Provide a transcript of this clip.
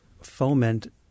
foment